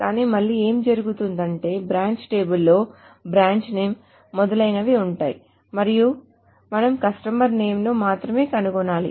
కానీ మళ్ళీ ఏమి జరుగుతుందంటే బ్రాంచ్ టేబుల్ లో బ్రాంచ్ నేమ్ మొదలైనవి ఉంటాయి మరియు మనము కస్టమర్ నేమ్స్ ను మాత్రమే కనుగొనాలి